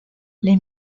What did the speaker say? les